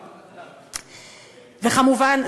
וכמובן,